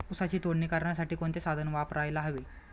ऊसाची तोडणी करण्यासाठी कोणते साधन वापरायला हवे?